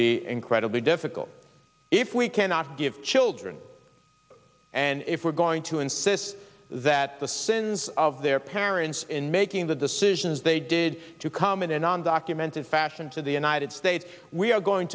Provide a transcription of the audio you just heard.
be incredibly difficult if we cannot give children and if we're going to insist that the sins of their parents in making the decisions they did to come in an undocumented fashion to the united states we are going